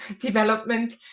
development